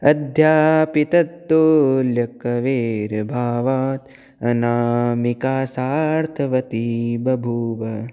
अद्यापि तत्तुल्यकवेरभावादनामिका सार्थवती बभूव